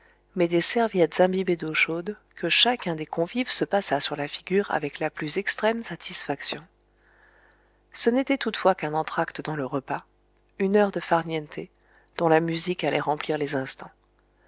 mais des serviettes imbibées d'eau chaude que chacun des convives se passa sur la figure avec la plus extrême satisfaction ce n'était toutefois qu'un entracte dans le repas une heure de farniente dont la musique allait remplir les instants